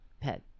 pet